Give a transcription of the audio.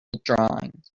drawings